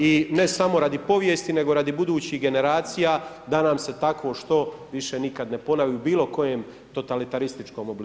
I ne samo radi povijesti, nego i radi budućih generacija da nam se takvo što više nikad ne ponovi u bilo kojem totalitarističkom obliku.